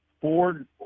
Ford